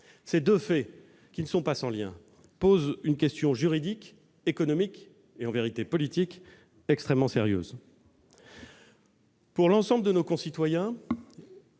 Ces deux faits, qui ne sont pas sans lien, posent une question juridique, économique et, en vérité, politique extrêmement sérieuse. Pour l'ensemble de nos concitoyens,